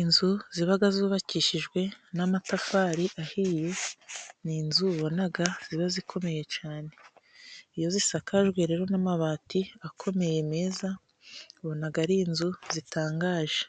Inzu ziba zubakishijwe n'amatafari ahiye ni inzu ubona ziba zikomeye cyane. Iyo zisakajwe rero n'amabati akomeye meza, Ubona ari inzu zitangaje.